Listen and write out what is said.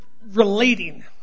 relating